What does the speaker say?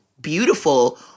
beautiful